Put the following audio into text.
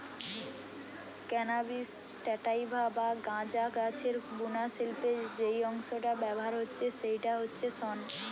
cannabis sativa বা গাঁজা গাছের বুনা শিল্পে যেই অংশটা ব্যাভার হচ্ছে সেইটা হচ্ছে শন